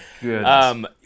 Good